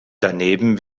daneben